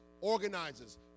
organizers